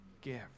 give